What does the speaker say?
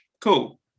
Cool